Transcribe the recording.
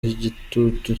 igitutu